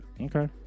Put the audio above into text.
Okay